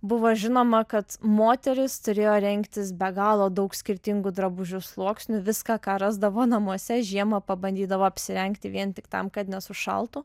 buvo žinoma kad moteris turėjo rengtis be galo daug skirtingų drabužių sluoksnių viską ką rasdavo namuose žiemą pabandydavo apsirengti vien tik tam kad nesušaltų